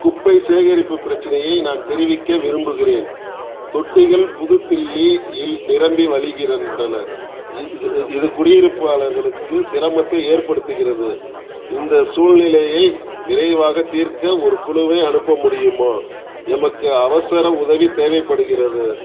குப்பை சேகரிப்புப் பிரச்சினையை நான் தெரிவிக்க விரும்புகிறேன் தொட்டிகள் புது தில்லி யில் நிரம்பி வழிகின்றன இது குடியிருப்பாளர்களுக்கு சிரமத்தை ஏற்படுத்துகிறது இந்தச் சூழ்நிலையை விரைவாகத் தீர்க்க ஒரு குழுவை அனுப்ப முடியுமா எமக்கு அவசர உதவி தேவைப்படுகிறது